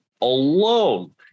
alone